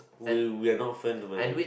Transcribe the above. we we are not friend by the way